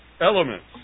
Elements